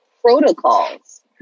protocols